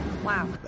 Wow